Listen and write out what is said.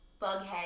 Bughead